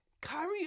Kyrie